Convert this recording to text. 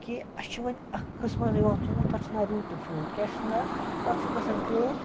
کہِ اَسہِ چھِ وۄنۍ اَکھ قٕسٕمہ یِوان ژوٗنٛٹھۍ تَتھ چھِ ناو روٗٹ ٹُہ فرٛوٗٹ کیٛاہ چھُس ناو تَتھ چھِ گژھان کٲم